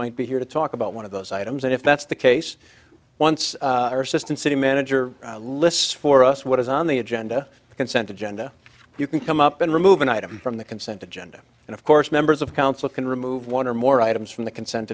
might be here to talk about one of those items and if that's the case once or assistant city manager lists for us what is on the agenda consent agenda you can come up and remove an item from the consent agenda and of course members of council can remove one or more items from the consent